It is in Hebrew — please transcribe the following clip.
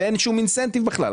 ואין שום אינסנטיב בכלל.